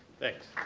thanks